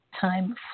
time